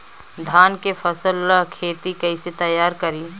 धान के फ़सल ला खेती कइसे तैयार करी?